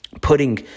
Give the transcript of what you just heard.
putting